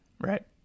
Right